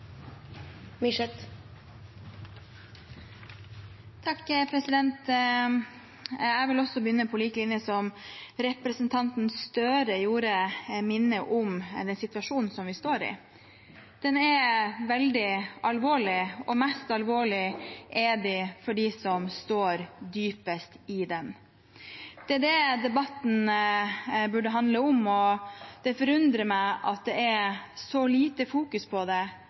Jeg vil begynne slik representanten Gahr Støre gjorde, og minne om den situasjonen vi står i. Den er veldig alvorlig, og mest alvorlig er den for dem som står dypest i den. Det er det debatten burde handle om, og det forundrer meg at det er så lite fokus på det